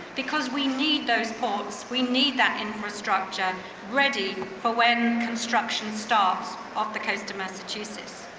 because we need those ports, we need that infrastructure ready for when construction starts off the coast of massachusetts.